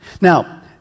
Now